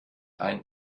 einen